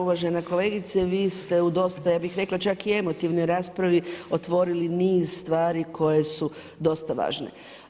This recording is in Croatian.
Uvažena kolegice, vi ste u dosta ja bih rekla čak i emotivnoj raspravi, otvorili niz stvari koje su dosta važne.